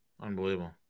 unbelievable